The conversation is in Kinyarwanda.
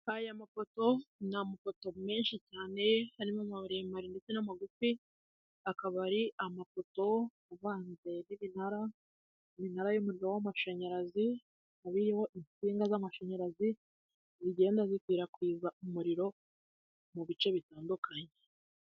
Aya mapoto ni amapoto menshi cyane, harimo amaremare ndetse n'amagufi, akaba ari amapoto avanze n'iminara y'umuriro w'amashanyarazi, biriho insinga z'amashanyarazi zigenda zikwirakwiza umuriro mu bice bitandukanye.